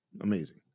Amazing